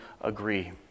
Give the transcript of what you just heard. agree